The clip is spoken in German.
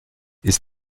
ist